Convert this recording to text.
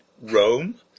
Rome